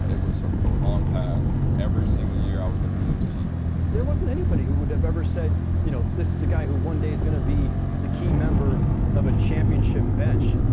it was a long path every single year i was with the new team there wasn't anybody who would have ever said you know this is a guy who one day is gonna be the key member of a championship bench